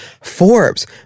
Forbes